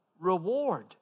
reward